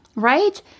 right